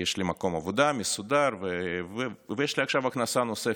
יש לי מקום עבודה מסודר ויש לי עכשיו הכנסה נוספת,